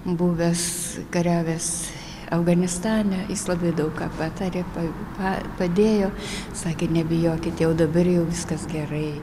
buvęs kariavęs afganistane jis labai daug ką patarė padėjo sakė nebijokit jau dabar jau viskas gerai